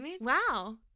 wow